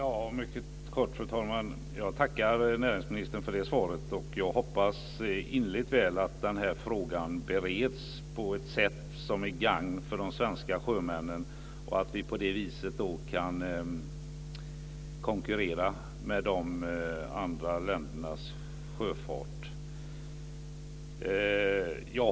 Fru talman! Jag tackar näringsministern för svaret. Jag hoppas innerligt väl att frågan bereds på ett sätt som är till gagn för de svenska sjömännen och att vi på det sättet kan konkurrera med de andra ländernas sjöfart.